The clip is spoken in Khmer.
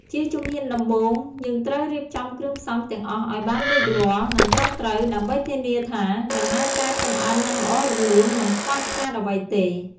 ជាជំហានដំបូង យើងត្រូវរៀបចំគ្រឿងផ្សំទាំងអស់ឱ្យបានរួចរាល់ និងត្រឹមត្រូវ ដើម្បីធានាថា ដំណើរការចម្អិននឹងល្អរលូន មិនខ្វះខាតអ្វីទេ។